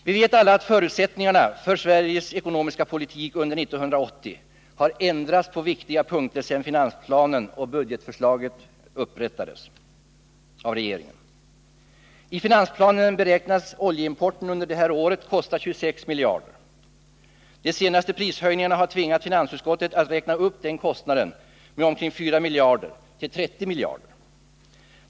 Vi vet alla att förutsättningarna för Sveriges ekonomiska politik under 1980 har ändrats på viktiga punkter sedan finansplanen och budgetförslaget utarbetades av regeringen. I finansplanen beräknas oljeimporten under det här året kosta 26 miljarder kronor. De senaste prishöjningarna har tvingat finansutskottet att räkna upp den kostnaden med 4 miljarder till 30 miljarder.